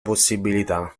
possibilità